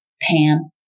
Pam